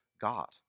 God